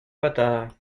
patada